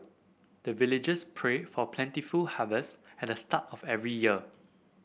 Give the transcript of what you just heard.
the villagers pray for plentiful harvest at the start of every year